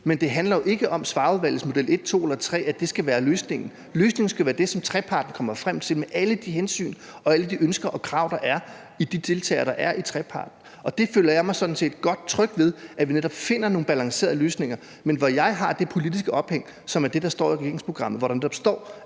men det handler jo ikke om, om Svarerudvalgets model 1, 2 eller 3 skal være løsningen. Løsningen skal være det, som treparten kommer frem til med alle de hensyn og alle de ønsker og krav, der er hos de deltagere, der er i treparten. Jeg føler mig sådan set godt tryg ved, at vi netop finder nogle balancerede løsninger, men hvor jeg har det politiske ophæng, som er det, der står i regeringsprogrammet, hvor der netop står,